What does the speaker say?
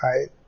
right